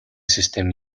system